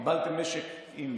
קיבלתם משק עם